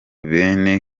bene